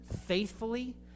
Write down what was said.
faithfully